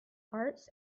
arts